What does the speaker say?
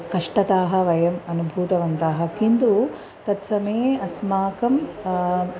कष्टताः वयम् अनुभूतवन्तः किन्तु तत्समये अस्माकं